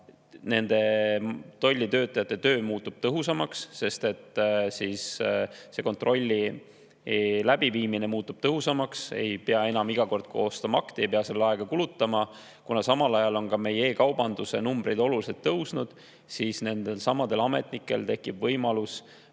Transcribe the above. ennast: tollitöötajate töö muutub tõhusamaks, sest kontrolli läbiviimine muutub tõhusamaks, enam ei pea iga kord koostama akti, ei pea sellele aega kulutama. Kuna samal ajal on meie e-kaubanduse mahud oluliselt tõusnud, siis tekib nendelsamadel ametnikel võimalus